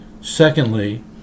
Secondly